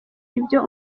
ibyo